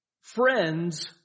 friends